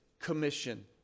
commission